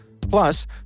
Plus